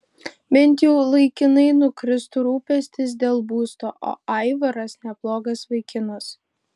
bent jau laikinai nukristų rūpestis dėl būsto o aivaras neblogas vaikinas